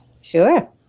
Sure